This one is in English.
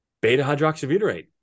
beta-hydroxybutyrate